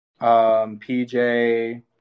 PJ